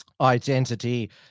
identity